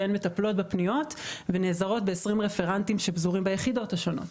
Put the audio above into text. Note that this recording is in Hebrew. שהן מטפלות בפניות ונערות ב-20 רפרנטים שפזורים ביחידות השונות.